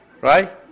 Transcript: Right